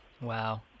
Wow